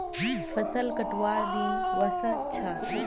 फसल कटवार दिन व स छ